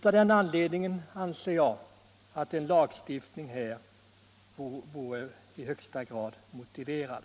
Av den anledningen anser jag att en lagstiftning är i högsta grad motiverad.